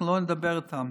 אנחנו לא נדבר איתם.